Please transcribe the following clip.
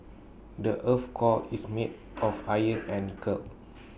the Earth's core is made of iron and nickel